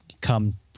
come